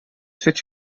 zet